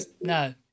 no